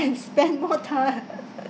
and spend more tour